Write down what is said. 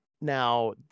now